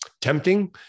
tempting